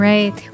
Right